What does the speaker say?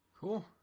Cool